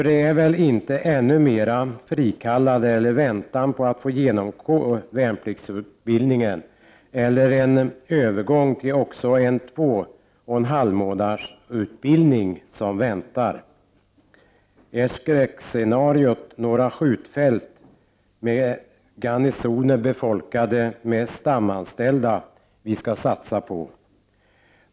Det är väl inte ännu mera frikallade, många som väntar på att genomgå värnpliktsutbildningen eller övergång till två-och-en-halv-månaders-utbildning som väntar? Är det ett skräckscenario — några skjutfält med garnisoner som är befolkade med stamanställda — som vi skall satsa på?